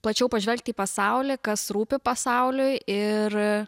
plačiau pažvelgti į pasaulį kas rūpi pasauliui ir